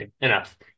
Enough